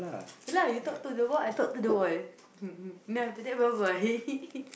ya lah you talk to the wall I talk to the wall then after that bye bye